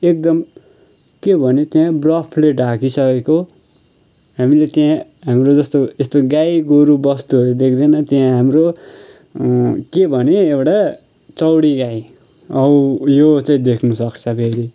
एकदम के भने त्यहाँ बरफले ढाकि सकेको हामीले त्यहाँ हाम्रो जस्तो यस्तो गाईगोरू बस्तुहरू देख्दैन त्यहाँ हाम्रो के भने एउटा चौरी गाई हौ यो चाहिँ देख्नुसक्छ फेरि